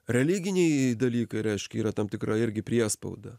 religiniai dalykai reiškia yra tam tikra irgi priespauda